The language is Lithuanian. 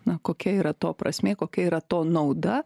na kokia yra to prasmė kokia yra to nauda